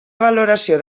valoració